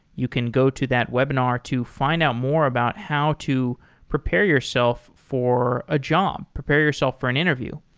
you can go to that webinar to find out more about how to prepare yourself for a job, prepare yourself for an interview.